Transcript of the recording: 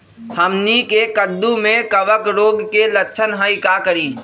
हमनी के कददु में कवक रोग के लक्षण हई का करी?